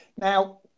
Now